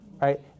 right